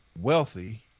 wealthy